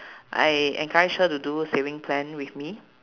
I encourage her to do saving plan with me